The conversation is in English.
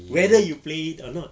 whether you play it or not